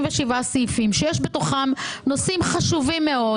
סעיפים שיש בתוכם נושאים חשובים מאוד